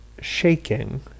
shaking